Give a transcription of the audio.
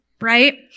Right